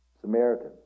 Samaritan